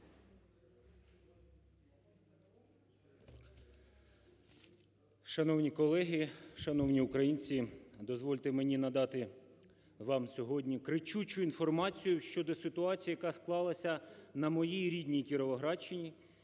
Шановні колеги! Шановні українці! Дозвольте мені надати вам сьогодні кричущу інформацію щодо ситуації, яка склалася на моїй рідній Кіровоградщині,